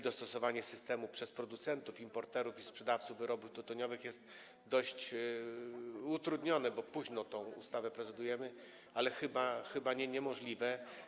Dostosowanie systemu przez producentów, importerów i sprzedawców wyrobów tytoniowych jest dość utrudnione, ponieważ późno tę ustawę prezentujemy, ale chyba nie jest niemożliwe.